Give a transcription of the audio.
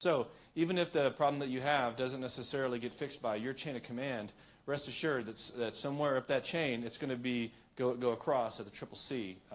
so even if the problem that you have doesn't necessarily get fixed by your chain of command rest assured that's somewhere up that chain it's going to be go go across at the triple c